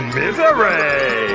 misery